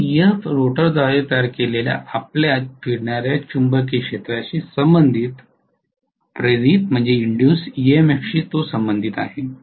तर Ef रोटरद्वारे तयार केलेल्या आपल्या फिरणार्या चुंबकीय क्षेत्राशी संबंधित इंड्यूज्ड ईएमएफ शी संबंधित आहे